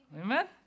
Amen